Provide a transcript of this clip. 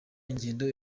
ingendo